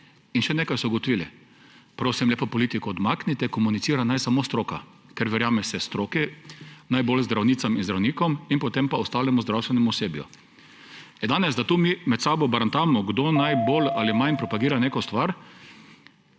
in še nekaj so ugotovili, prosim lepo, politiko odmaknite, komunicira naj samo stroka, ker verjame se stroki, najbolj zdravnicam in zdravnikom in potem ostalemu zdravstvenem osebju. Da danes mi tu med sabo barantamo, kdo najbolj ali manj propagira neko stvar,